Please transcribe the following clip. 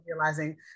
realizing